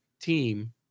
team